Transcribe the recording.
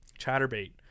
chatterbait